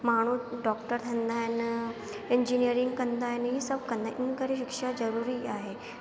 माण्हू डॉक्टर ठहींदा आहिनि इंजीनिअरिंग कंदा आहिनि ही सभु कंदा आहिनि इन करे शिक्षा ज़रूरी आहे